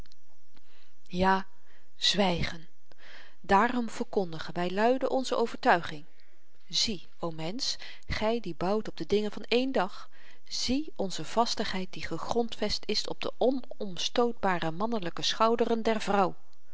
ja zwygen daarom verkondigen wy luide onze overtuiging zie o mensch gy die bouwt op de dingen van één dag zie onze vastigheid die gegrondvest is op de onomstootbare mannelyke schouderen der